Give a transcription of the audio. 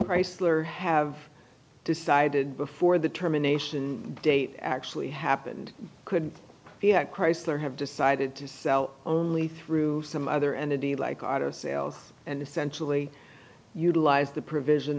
chrysler have decided before the termination date actually happened could be that chrysler had decided to sell only through some other entity like auto sales and essentially utilize the provision